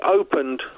opened